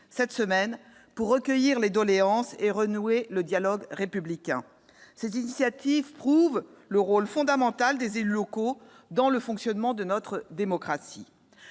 cette semaine, pour recueillir les doléances et renouer le dialogue républicain. Ces initiatives prouvent le rôle fondamental des élus locaux dans le fonctionnement de notre démocratie.